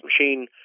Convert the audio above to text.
machine